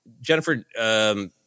Jennifer